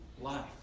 life